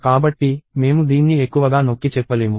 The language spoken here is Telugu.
కాబట్టి మేము దీన్ని ఎక్కువగా నొక్కి చెప్పలేము